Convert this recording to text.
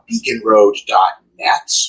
beaconroad.net